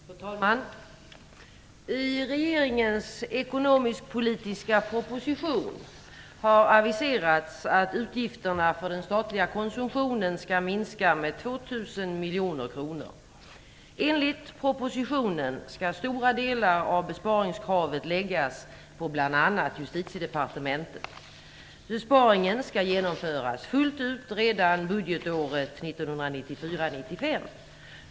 Fru talman! I regeringens ekonomisk-politiska proposition har det aviserats att utgifterna för den statliga konsumtionen skall minska med 2 000 miljoner kronor. Enligt propositionen skall stora delar av besparingskravet läggas på bl.a. Justitiedepartementet. Besparingen skall genomföras fullt ut redan budgetåret 1994/95.